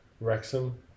Wrexham